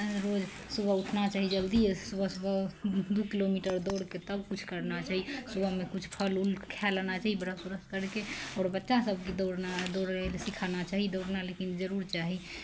अँ रोज सुबह उठना चाही जल्दी सुबह सुबह दू किलोमीटर दौड़िके तब किछु करना चाही सुबहमे किछु फल उल खा लेना चाही ब्रश उरस करिके आओर बच्चा सभकेँ दौड़ना दौड़ सिखाना चाही दौड़ना लेकिन जरूर चाही